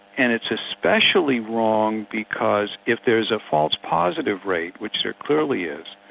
and it's especially wrong because if there's a false positive rate, which there clearly is,